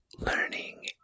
learning